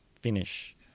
finish